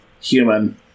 Human